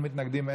אין מתנגדים,